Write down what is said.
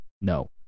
no